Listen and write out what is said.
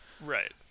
Right